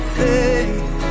faith